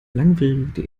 langwierige